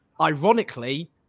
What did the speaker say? ironically